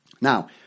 Now